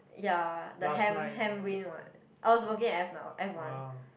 ya the Ham Ham win what I was working at F now F one